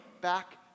back